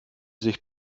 sich